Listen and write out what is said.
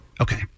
Okay